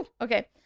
okay